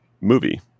movie